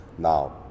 Now